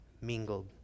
mingled